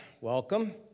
welcome